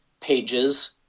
Pages